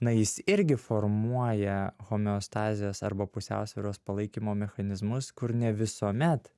na jis irgi formuoja homeostazės arba pusiausvyros palaikymo mechanizmus kur ne visuomet